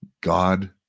God